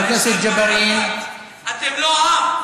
אבל אתם לא עם,